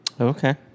okay